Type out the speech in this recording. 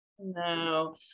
No